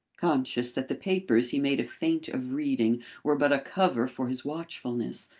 conscious that the papers he made a feint of reading were but a cover for his watchfulness,